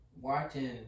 watching